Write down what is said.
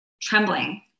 trembling